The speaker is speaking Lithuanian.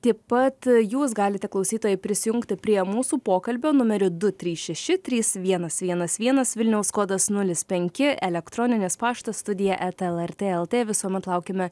taip pat jūs galite klausytojai prisijungti prie mūsų pokalbio numeriu du trys šeši trys vienas vienas vienas vilniaus kodas nulis penki elektroninis paštas studija eta lrt lt visuomet laukiame